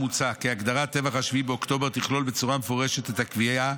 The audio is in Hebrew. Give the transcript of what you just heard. מוצע כי הגדרת טבח 7 באוקטובר תכלול בצורה מפורשת את הקביעה